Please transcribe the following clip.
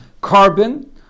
carbon